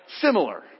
similar